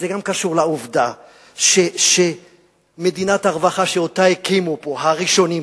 זה גם קשור לעובדה שמדינת הרווחה שאותה הקימו פה הראשונים קרסה,